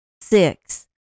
Six